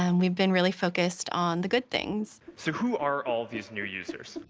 and we've been really focused on the good things. so who are all of these new users?